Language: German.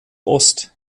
ost